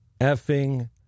effing